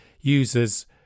users